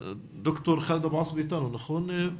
דוקטור ח'אלד אבו עסבה אתנו ב-זום.